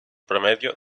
promedio